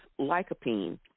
lycopene